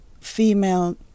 female